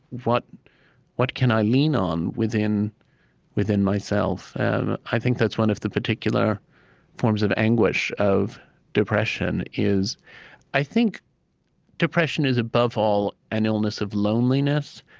what what can i lean on within within myself? and i think that's one of the particular forms of anguish of depression, is i think depression is, above all, an illness of loneliness.